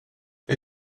jag